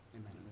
Amen